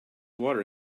water